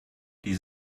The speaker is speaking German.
die